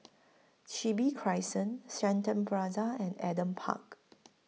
Chin Bee Crescent Shenton Plaza and Adam Park